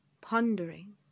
pondering